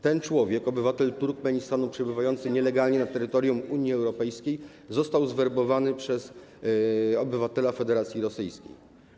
Ten człowiek, obywatel Turkmenistanu przebywający nielegalnie na terytorium Unii Europejskiej, został zwerbowany przez obywatela Federacji Rosyjskiej.